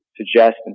suggest